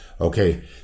Okay